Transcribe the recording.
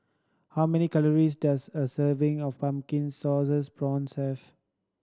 how many calories does a serving of pumpkin sauces prawns have